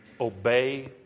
obey